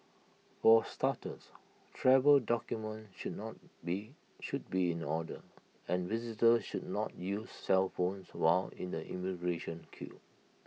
for starters travel documents should not be should be in order and visitors should not use cellphones while in the immigration queue